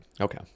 Okay